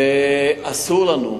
אסור לנו,